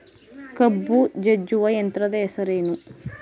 ಕಬ್ಬು ಜಜ್ಜುವ ಯಂತ್ರದ ಹೆಸರೇನು?